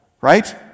right